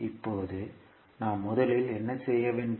இப்போது நாம் முதலில் என்ன செய்ய வேண்டும்